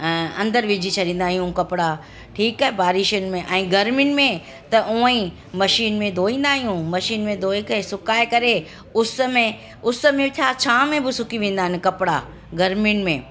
अंदरु विझी छॾींदा आहियूं कपिड़ा ठीकु आहे बारिशुनि में ऐं गर्मियुनि में त उअं ई मशीन में धोईंदा आहियूं मशीन में धोए करे सुकाए करे उस में उस में छा छांव में बि सुकी वेंदा आहिनि कपिड़ा गर्मियुनि में